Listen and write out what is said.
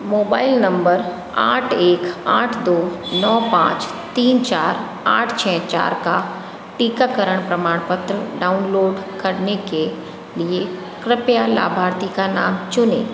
mobile number आठ एक आठ दो नौ पांच तीन चार आठ छ चार का टीकाकरण प्रमाणपत्र डाउनलोड करने के लिए कृपया लाभार्थी का नाम चुनें